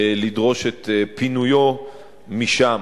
לדרוש את פינויו משם,